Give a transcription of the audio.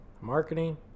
marketing